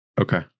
Okay